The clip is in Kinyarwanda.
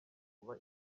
kuba